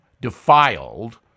defiled